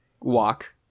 walk